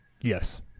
Yes